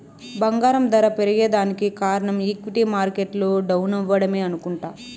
బంగారం దర పెరగేదానికి కారనం ఈక్విటీ మార్కెట్లు డౌనవ్వడమే అనుకుంట